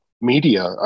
media